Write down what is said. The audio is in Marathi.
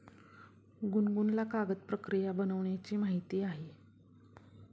गुनगुनला कागद बनवण्याची प्रक्रिया माहीत आहे